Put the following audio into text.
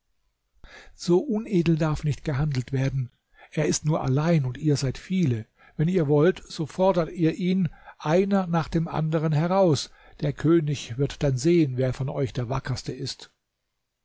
so unedel darf nicht gehandelt werden er ist nur allein und ihr seid viele wenn ihr wollt so fordert ihr ihn einer nach dem andern heraus der könig wird dann sehen wer von euch der wackerste ist